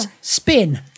Spin